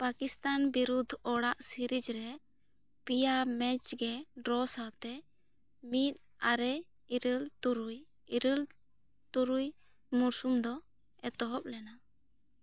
ᱯᱟᱠᱤᱥᱛᱟᱱ ᱵᱤᱨᱩᱫᱽ ᱚᱲᱟᱜ ᱥᱤᱨᱤᱡᱽ ᱨᱮ ᱯᱮᱭᱟ ᱢᱮᱪ ᱜᱮ ᱰᱨᱚ ᱥᱟᱣᱛᱮ ᱢᱤᱫ ᱟᱨᱮ ᱤᱨᱟᱹᱞ ᱛᱩᱨᱩᱭ ᱤᱨᱟᱹᱞ ᱛᱩᱨᱩᱭ ᱢᱩᱨᱥᱩᱢ ᱫᱚ ᱮᱛᱚᱦᱚᱵ ᱞᱮᱱᱟ